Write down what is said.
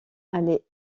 allait